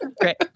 Great